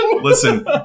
Listen